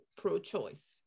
pro-choice